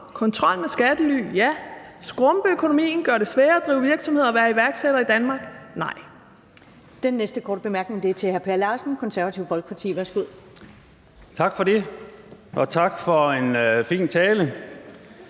kontrol med skattely, ja. Skrumpe økonomien, gøre det sværere at drive virksomhed og være iværksætter i Danmark, nej.